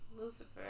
Lucifer